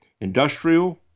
industrial